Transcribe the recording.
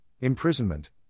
Imprisonment